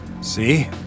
See